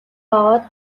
аваад